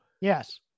Yes